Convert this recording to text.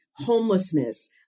homelessness